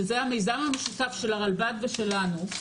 שזה המיזם המשותף של הרלב"ד ושלנו,